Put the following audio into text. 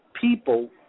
people